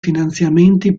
finanziamenti